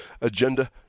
Agenda